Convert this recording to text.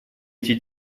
эти